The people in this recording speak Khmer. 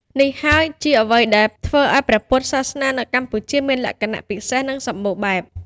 នេះហើយជាអ្វីដែលធ្វើឱ្យព្រះពុទ្ធសាសនានៅកម្ពុជាមានលក្ខណៈពិសេស និងសម្បូរបែប។